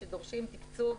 שדורשים תקצוב,